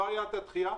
לא הייתה דחיה.